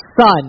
son